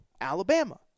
Alabama